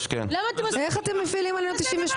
איך אתם מפעילים עלינו 98?